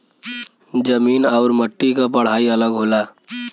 जमीन आउर मट्टी क पढ़ाई अलग होला